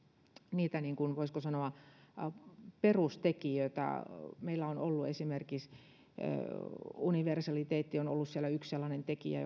niitä voisiko sanoa perustekijöitä meillä on ollut tähän mennessä esimerkiksi universaliteetti yksi sellainen tekijä